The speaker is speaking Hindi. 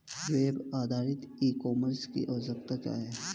वेब आधारित ई कॉमर्स की आवश्यकता क्या है?